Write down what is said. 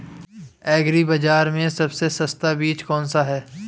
Agree बाज़ार में सबसे सस्ता बीज कौनसा है?